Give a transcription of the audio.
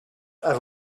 are